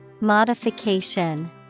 Modification